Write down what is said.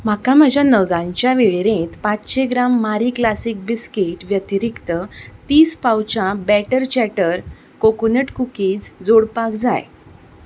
म्हाका म्हज्या नगांच्या वेळेरेंत पांचशी ग्राम मारी क्लासिक बिस्कीट व्यतिरीक्त ती पाउचां बॅटर चॅटर कोकोनट कुकीज जोडपाक जाय